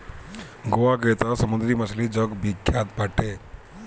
गोवा के तअ समुंदरी मछली जग विख्यात बाटे